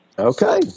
Okay